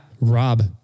Rob